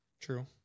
True